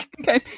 Okay